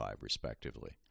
respectively